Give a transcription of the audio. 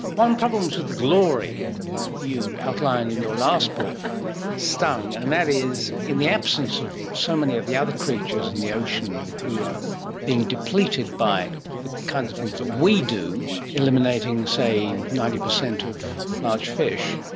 one problem is with the glory you outline in your last book stung, and that is in the absence of so many of yeah the other creatures in the ocean who are being depleted by the kinds of things that we do, eliminating say ninety percent of large fish,